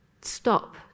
stop